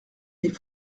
des